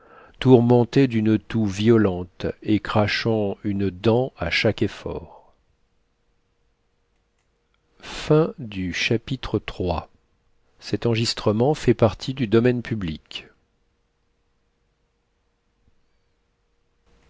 tourmenté d'une toux violente et crachant une dent à chaque effort